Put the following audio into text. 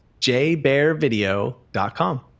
jbearvideo.com